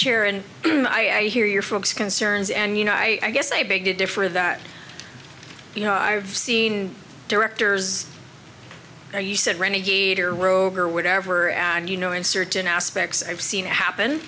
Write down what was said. care and i hear your folks concerns and you know i guess a big difference you know i've seen directors or you said renegade or rogue or whatever and you know in certain aspects i've seen it happen